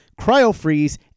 cryo-freeze